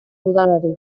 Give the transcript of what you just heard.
udalari